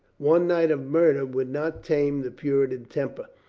one night of murder would not tame the puritan temper.